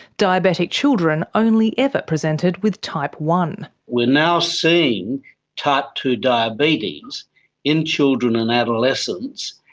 diabetic children only ever presented with type one. we're now seeing type two diabetes in children and adolescents.